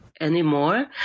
anymore